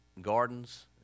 gardens